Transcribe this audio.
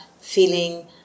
feeling